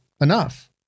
enough